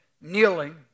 kneeling